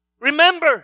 Remember